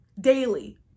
daily